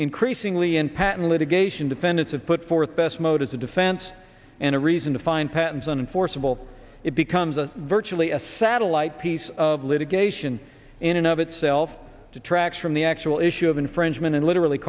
increasingly in patent litigation defendants have put forth best motives a defense and a reason to find patents on enforceable it becomes a virtually a satellite piece of litigation in and of itself detracts from the actual issue of infringement and literally